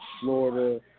Florida